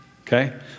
okay